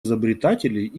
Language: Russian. изобретателей